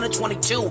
22